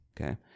okay